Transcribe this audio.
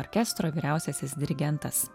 orkestro vyriausiasis dirigentas